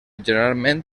generalment